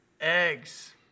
Eggs